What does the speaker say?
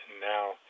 now